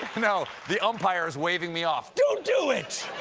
you know the umpire's weaving me off don't do it!